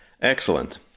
Excellent